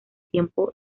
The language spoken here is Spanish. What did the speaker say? tiempos